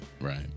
right